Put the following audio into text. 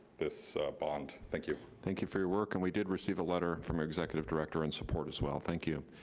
this bond, thank you. thank you for your work and we did receive a letter from your executive director in support as well, thank you.